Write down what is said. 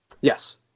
Yes